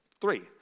three